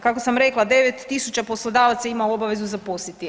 Kako sam rekla 9.000 poslodavaca ima obavezu zaposliti.